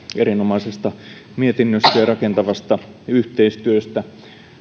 erinomaisesta mietinnöstä ja rakentavasta yhteistyöstä